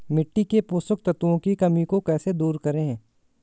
मिट्टी के पोषक तत्वों की कमी को कैसे दूर करें?